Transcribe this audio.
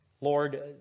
Lord